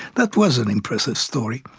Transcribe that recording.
that was an impressive story,